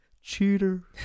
Cheater